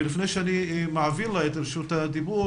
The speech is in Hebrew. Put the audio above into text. לפני שאני מעביר לה את רשות הדיבור,